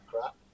crap